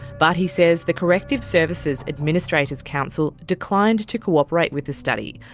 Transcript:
but he says the corrective services administrators council declined to cooperate with the study,